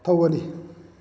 ꯊꯧꯒꯅꯤ